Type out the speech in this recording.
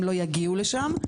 הם לא יגיעו לשם,